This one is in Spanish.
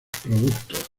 productos